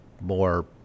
more